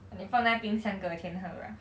你放在冰箱隔天喝 ah